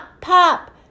pop